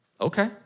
Okay